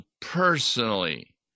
personally